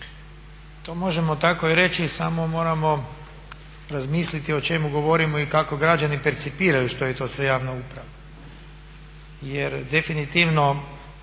To možemo tako i reći samo moramo razmisliti o čemu govorimo i kako građani percipiraju što je to sve javna uprava.